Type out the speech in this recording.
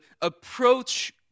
approach